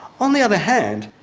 on the other hand,